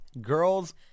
Girls